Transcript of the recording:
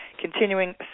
continuing